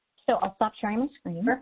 so i'll stop sharing the screen.